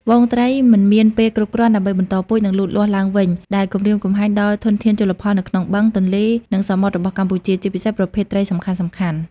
ហ្វូងត្រីមិនមានពេលគ្រប់គ្រាន់ដើម្បីបន្តពូជ និងលូតលាស់ឡើងវិញ ដែលគំរាមកំហែងដល់ធនធានជលផលនៅក្នុងបឹង ទន្លេ និងសមុទ្ររបស់កម្ពុជា ជាពិសេសប្រភេទត្រីសំខាន់ៗ។